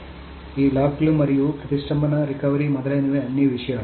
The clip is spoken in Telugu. కాబట్టి ఈ లాక్ లు మరియు ప్రతిష్టంభన రికవరీ మొదలైనవి అన్ని విషయాలు